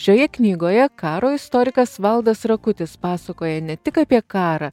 šioje knygoje karo istorikas valdas rakutis pasakoja ne tik apie karą